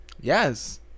Yes